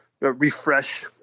refresh